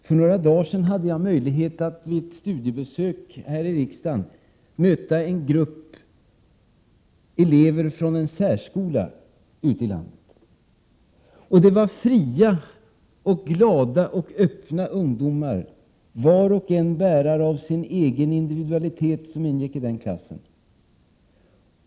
För några dagar sedan hade jag möjlighet att möta en grupp elever från en särskola ute i landet som gjorde ett studiebesök i riksdagen. Det var fria, glada och öppna ungdomar, var och en bärare av sin egen individualitet, som ingick i den klassen.